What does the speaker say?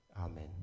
Amen